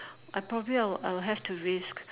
I probably I'll I'll have to risk